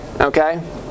okay